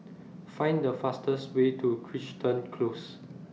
Find The fastest Way to Crichton Close